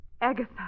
Agatha